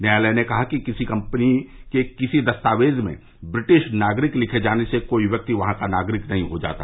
न्यायालय ने कहा कि किसी कम्पनी के किसी दस्तावेज में ब्रिटिश नागरिक लिखे जाने से कोई व्यक्ति वहां का नागरिक नहीं हो जाता